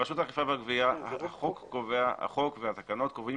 ברשות האכיפה והגבייה החוק והתקנות קובעים